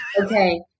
Okay